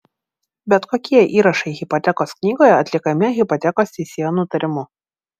bet kokie įrašai hipotekos knygoje atliekami hipotekos teisėjo nutarimu